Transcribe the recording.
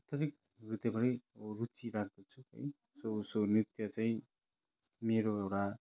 आन्तरिक हृदयबाटै मो रुचि राख्दछु है सो उसो नृत्य चाहिँ मेरो एउटा